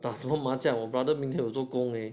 打什么麻将我 brother 明天有做工 leh